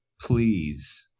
please